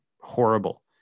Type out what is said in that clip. horrible